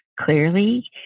clearly